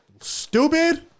stupid